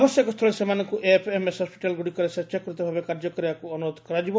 ଆବଶ୍ୟକ ସ୍ଥଳେ ସେମାନଙ୍କୁ ଏଏଫ୍ଏମ୍ଏସ୍ ହସ୍କିଟାଲ୍ଗୁଡ଼ିକରେ ସ୍ପଚ୍ଛାକୃତ ଭାବେ କାର୍ଯ୍ୟ କରିବାକୁ ଅନୁରୋଧ କରାଯିବ